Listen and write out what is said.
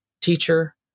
teacher